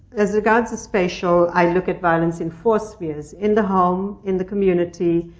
as regards the spatial, i look at violence in force fields. in the home, in the community,